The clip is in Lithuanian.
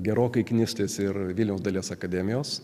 gerokai knistis ir vilniaus dailės akademijos